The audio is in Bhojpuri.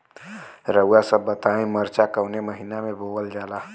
रउआ सभ बताई मरचा कवने महीना में बोवल जाला?